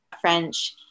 French